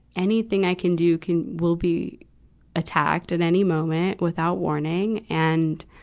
anything i can do can, will be attacked at any moment without warning. and,